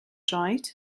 droed